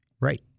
Right